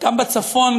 גם בצפון,